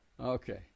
Okay